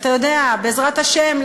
בעזרת השם,